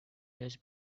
years